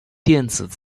电子